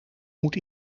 moet